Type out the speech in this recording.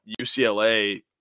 UCLA